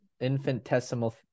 infinitesimal